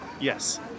Yes